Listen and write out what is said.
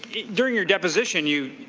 you during your deposition, you